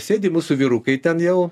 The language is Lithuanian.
sėdi mūsų vyrukai ten jau